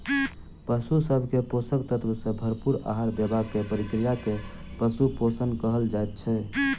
पशु सभ के पोषक तत्व सॅ भरपूर आहार देबाक प्रक्रिया के पशु पोषण कहल जाइत छै